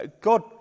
God